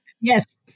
Yes